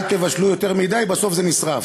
רק אל תבשלו יותר מדי, בסוף זה נשרף.